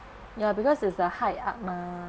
ya because it's a hike up mah